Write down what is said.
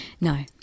No